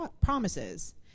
promises